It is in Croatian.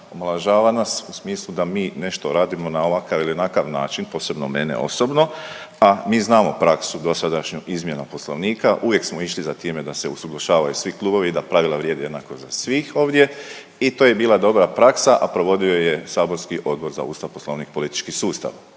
omalovažava nas u smislu da mi nešto radimo na ovakav ili onakav način, posebno mene osobno. A mi znamo praksu dosadašnju izmjena Poslovnika. Uvijek smo išli za time da se usuglašavaju svi klubovi i da pravila vrijede jednako za svih ovdje i to je bila dobra praksa, a provodio ju je saborski Odbor za Ustav, Poslovnik, politički sustav.